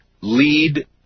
lead